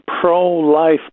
pro-life